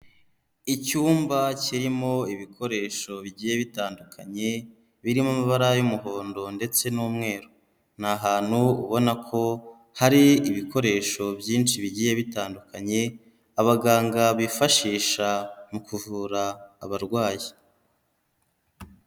Icyumba kirimo ibikoresho bigiye bitandukanye, birimo amabara y'umuhondo ndetse n'umweru. Ni ahantu ubona ko hari ibikoresho byinshi bigiye bitandukanye, abaganga bifashisha mu kuvura abarwayi.